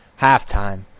halftime